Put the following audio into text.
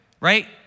right